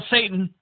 Satan